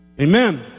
amen